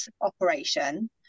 operation